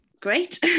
Great